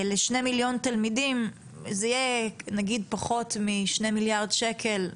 לשני מיליון תלמידים זה יהיה פחות משני מיליארד שקל.